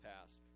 past